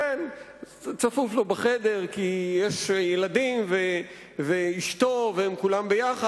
כי יש ילדים ואשתו, והם כולם ביחד.